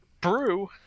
Brew